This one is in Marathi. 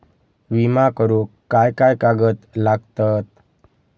विमा करुक काय काय कागद लागतत?